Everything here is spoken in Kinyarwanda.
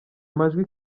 majwi